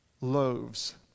loaves